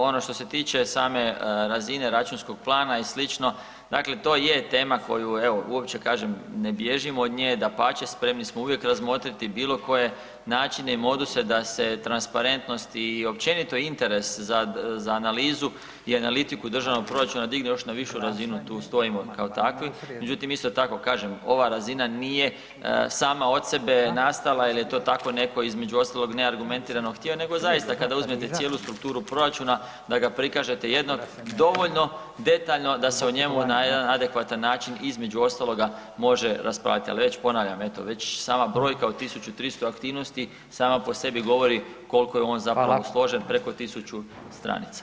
Ono što se tiče same razine računskog plana i sl., dakle to je tema koju evo uopće kažem ne bježim od nje, dapače spremni smo uvijek razmotriti bilo koje načine i moduse da se transparentnost i općenito interes za, za analizu i analitiku državnog proračuna digne još na višu razinu, tu stojimo kao takvi, međutim isto tako kažem ova razina nije sama od sebe nastala jel je to tako netko između ostalog neargumentirano htio nego zaista kada uzmete cijelu strukturu proračuna da ga prikažete jednog dovoljno detaljno da se o njemu na jedan adekvatan način između ostaloga može raspravljati, ali već ponavljam već sama brojka od 1.300 aktivnosti sama po sebi govori koliko je on zapravo složen [[Upadica: Hvala.]] preko 1.000 stranica.